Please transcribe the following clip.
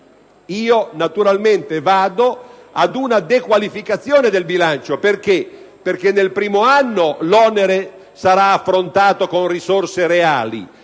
naturalmente arrivo ad una dequalificazione del bilancio, perché nel primo anno l'onere sarà affrontato con risorse reali,